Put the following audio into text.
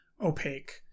opaque